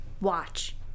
Watch